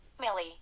Millie